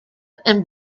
and